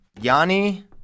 Yanni